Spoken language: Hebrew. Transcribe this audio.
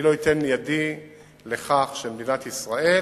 אני לא אתן ידי לכך שמדינת ישראל